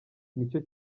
nicyo